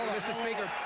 mr. speaker